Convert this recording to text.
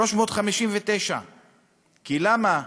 359. למה?